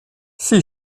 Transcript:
sie